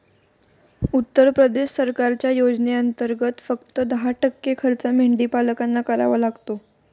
उत्तर प्रदेश सरकारच्या योजनेंतर्गत, फक्त दहा टक्के खर्च मेंढीपालकांना करावा लागतो